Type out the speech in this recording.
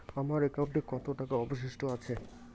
আমার একাউন্টে কত টাকা অবশিষ্ট আছে?